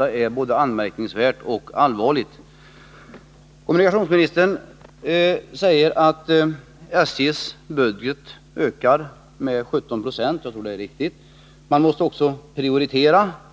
Det är både anmärkningsvärt och allvarligt. Kommunikationsministern säger att SJ:s budget ökar med 17 96. Jag tror att det är riktigt. Han säger också att man måste prioritera.